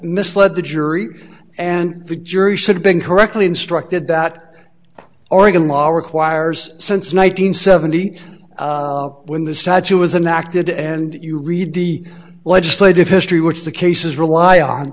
misled the jury and the jury should have been correctly instructed that oregon law requires since one nine hundred seventy when the statue was an acted and you read the legislative history which the cases rely on